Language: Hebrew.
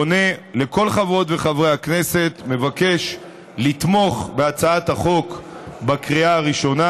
פונה לכל חברות וחברי הכנסת ומבקש לתמוך בהצעת החוק בקריאה הראשונה